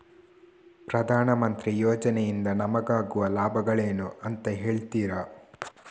ಪ್ರಧಾನಮಂತ್ರಿ ಯೋಜನೆ ಇಂದ ನಮಗಾಗುವ ಲಾಭಗಳೇನು ಅಂತ ಹೇಳ್ತೀರಾ?